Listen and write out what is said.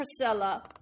Priscilla